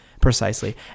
precisely